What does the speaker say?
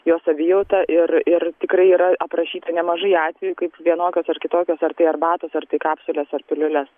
jo savijautą ir ir tikrai yra aprašyta nemažai atvejų kaip vienokios ar kitokios ar tai arbatos ar tai kapsulės ar piliulės